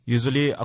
Usually